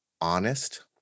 honest